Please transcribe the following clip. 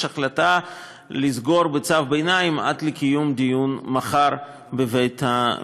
יש החלטה לסגור בצו ביניים עד לקיום דיון מחר בבית-המשפט.